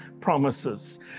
promises